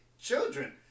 Children